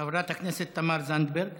חברת הכנסת תמר זנדברג.